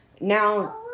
now